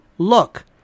Look